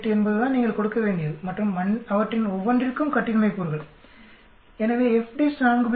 48 என்பதுதான் நீங்கள் கொடுக்க வேண்டியது மற்றும் அவற்றின் ஒவ்வொன்றிற்கும் கட்டின்மை கூறுகள் எனவே FDIST 4